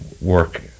work